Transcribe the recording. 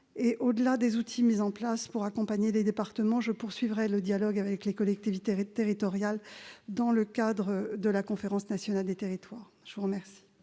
Au-delà des outils mis en place pour accompagner les départements, je poursuivrai le dialogue avec les collectivités territoriales, notamment dans le cadre de la Conférence nationale des territoires. La parole